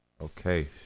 Okay